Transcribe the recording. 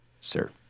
sir